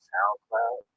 SoundCloud